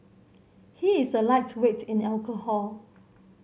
he is a lightweight in alcohol